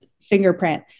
fingerprint